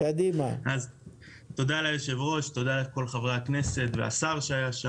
תודה ליושב-ראש, לחברי הכנסת, ולשר שהיה.